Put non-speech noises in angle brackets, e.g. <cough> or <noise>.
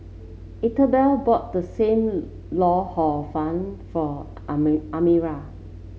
Ethelbert bought Sam Lau Hor Fun for <unintelligible> Amira